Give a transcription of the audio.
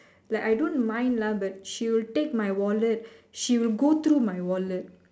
like I don't mind lah but she will take my wallet she will go through my wallet